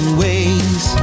ways